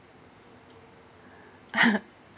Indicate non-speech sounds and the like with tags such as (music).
(laughs)